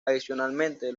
adicionalmente